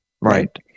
Right